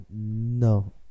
No